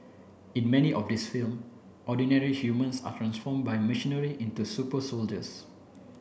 in many of these film ordinary humans are transform by machinery into super soldiers